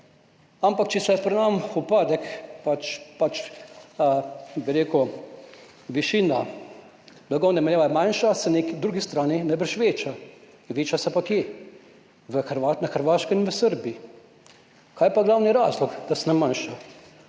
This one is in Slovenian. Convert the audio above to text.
ampak če se pri nas upadek oziroma višina blagovne menjave manjša, se na drugi strani najbrž veča. Veča se pa kje? Na Hrvaškem in v Srbiji. Kaj je pa glavni razlog, da se ne manjša?